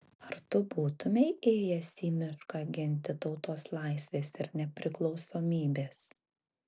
ar tu būtumei ėjęs į mišką ginti tautos laisvės ir nepriklausomybės